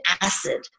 acid